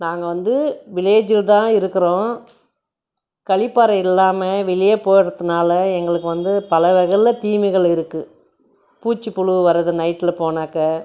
நாங்கள் வந்து வில்லேஜில் தான் இருக்கிறோம் கழிப்பறை இல்லாமல் வெளியே போகிறதுனால எங்களுக்கு வந்து பல வகையில் தீமைகள் இருக்குது பூச்சி புழு வருது நைட்டில் போனாக்க